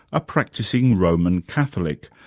a practising roman catholic,